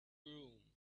room